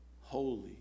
Holy